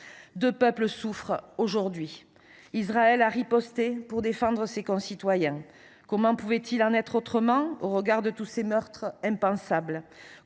Deux peuples souffrent aujourd’hui. Israël a riposté pour défendre ses concitoyens ; comment pouvait il en être autrement au regard de tous ces meurtres impensables ?